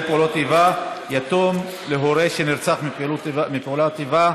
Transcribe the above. פעולות איבה (יתום להורה שנרצח בפעולת איבה),